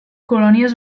colònies